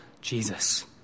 Jesus